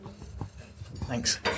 Thanks